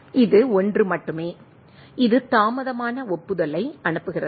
எனவே ரிசீவர் ஒருபோதும் ஒப்புதலை மீண்டும் அனுப்புவதில்லை இது 1 மட்டுமே இது தாமதமான ஒப்புதலை அனுப்புகிறது